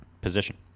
position